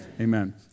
Amen